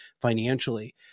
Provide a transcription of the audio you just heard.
financially